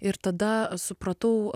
ir tada supratau